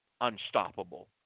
unstoppable